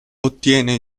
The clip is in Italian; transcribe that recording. ottiene